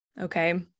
okay